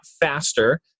faster